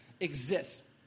exists